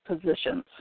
positions